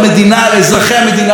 לצעירים החרדים,